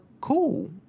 cool